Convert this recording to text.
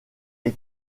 est